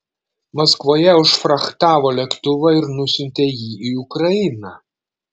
maskvoje užfrachtavo lėktuvą ir nusiuntė jį į ukrainą